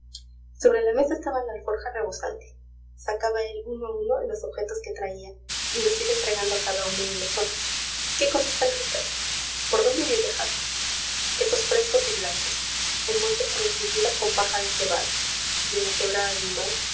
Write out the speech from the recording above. sobre la mesa estaba la alforja rebosante sacaba él uno a uno los objetos que traía y los iba entregando a cada uno de nosotros qué cosas tan ricas por dónde había viajado quesos frescos y blancos envueltos por la cintura con paja de cebada de la quebrada do